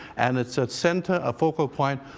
and it's a center, a focal point,